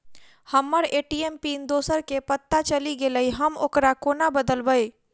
हम्मर ATM PIN दोसर केँ पत्ता चलि गेलै, हम ओकरा कोना बदलबै?